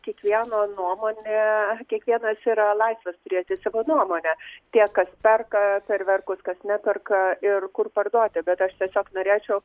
kiekvieno nuomonė kiekvienas yra laisvas turėti savo nuomonę tie kas perka fejerverkus kas neperka ir kur parduoti bet aš tiesiog norėčiau